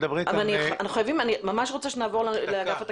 אני ממש רוצה שנעבור לאגף התקציבים.